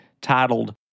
titled